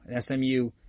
SMU